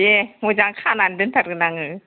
दे मोजां खानानै दोनथारगोन आङो